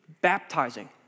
baptizing